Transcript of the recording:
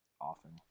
often